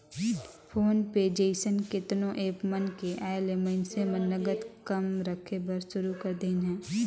phone पे जइसन केतनो app मन के आयले मइनसे मन नगद कम रखे बर सुरू कर देहिन हे